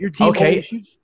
okay